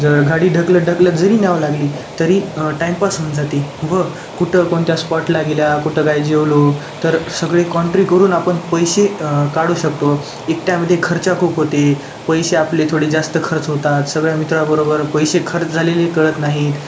जर गाडी ढकलत ढकलत जरी न्यावं लागली तरी टाइमपास होऊन जाते व कुठं कोणत्या स्पॉटला गेल्या कुठं काय जेवलो तर सगळे कॉन्ट्री करून आपण पैसे काढू शकतो एकट्यामध्ये खर्च खूप होते पैसे आपले थोडे जास्त खर्च होतात सगळ्या मित्राबरोबर पैसे खर्च झालेले कळत नाहीत